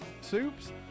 soups